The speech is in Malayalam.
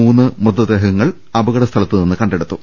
മൂന്ന് മൃതദേഹങ്ങൾ അപകടസ്ഥലത്തുനിന്ന് കണ്ടെടുത്തു